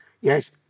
yes